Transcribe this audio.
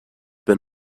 been